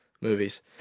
movies